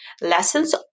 Lessons